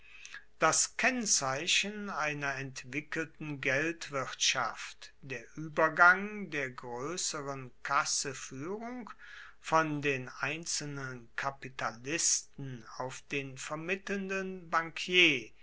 das kennzeichen einer entwickelten geldwirtschaft der uebergang der groesseren kassefuehrung von den einzelnen kapitalisten auf den vermittelnden bankier